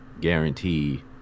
guarantee